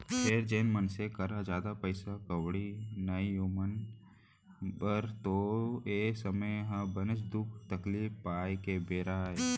फेर जेन मनसे करा जादा पइसा कउड़ी नइये ओमन बर तो ए समे हर बनेच दुख तकलीफ पाए के बेरा अय